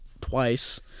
twice